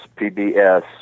PBS